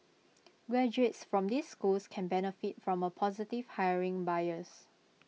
graduates from these schools can benefit from A positive hiring bias